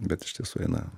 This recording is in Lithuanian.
bet iš tiesų eina